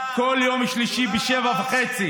על חשבון המדינה.